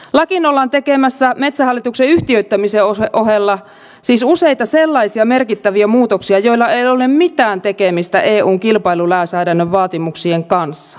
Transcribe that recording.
lakiin ollaan tekemässä metsähallituksen yhtiöittämisen ohella siis useita sellaisia merkittäviä muutoksia joilla ei ole mitään tekemistä eun kilpailulainsäädännön vaatimuksien kanssa